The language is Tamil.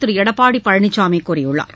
திரு எடப்பாடி பழனிசாமி கூறியுள்ளார்